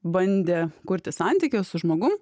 bandė kurti santykius su žmogum